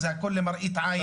זה הכול למראית עין.